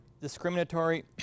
discriminatory